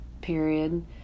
period